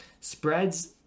Spreads